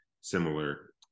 similar